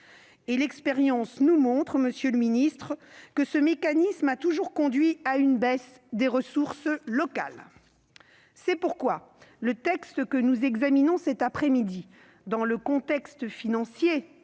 L'expérience nous montre que ce mécanisme a toujours conduit à une diminution des ressources locales. C'est pourquoi le texte que nous examinons cet après-midi, dans le contexte financier